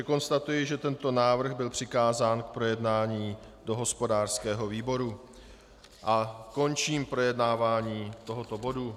Konstatuji, že tento návrh byl přikázán k projednání do hospodářského výboru, a končím projednávání tohoto bodu.